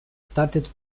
started